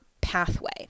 pathway